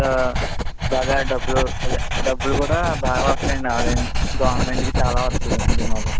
బాగా డబ్బులు అదే డబ్బులు కూడా బాగా వస్తాయి అండి ఆలయానికి గవర్నమెంట్కి చాలా వస్తుంది అండి దీని వల్ల